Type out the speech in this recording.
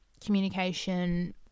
communication